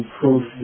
prove